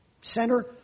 center